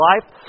life